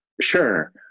sure